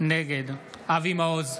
נגד אבי מעוז,